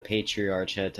patriarchate